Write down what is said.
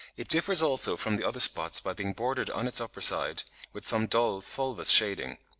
it differs also from the other spots by being bordered on its upper side with some dull fulvous shading.